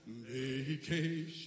vacation